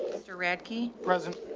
mr radke present.